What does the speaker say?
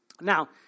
Now